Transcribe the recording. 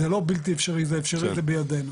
זה לא בלתי אפשרי, זה אפשרי וזה בידינו.